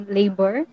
labor